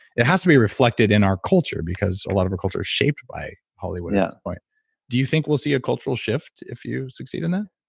it has to be reflected in our culture, because a lot of our culture's shaped by hollywood yeah, right do you think we'll see a cultural shift if you succeed in that?